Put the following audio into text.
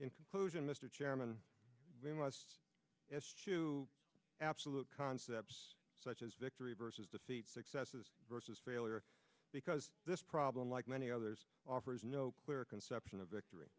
inclusion mr chairman to absolute concepts such as victory versus the successes versus failure because this problem like many others offers no clear conception of victory